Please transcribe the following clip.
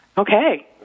Okay